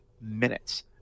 minutes